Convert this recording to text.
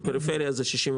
בפריפריה זה 65%,